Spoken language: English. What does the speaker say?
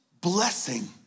Blessing